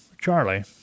Charlie